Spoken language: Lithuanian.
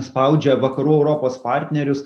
spaudžia vakarų europos partnerius